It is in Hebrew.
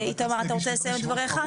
איתמר, אתה רוצה לסיים את דבריך?